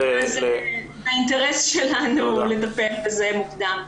האינטרס שלנו הוא לטפל בזה מוקדם.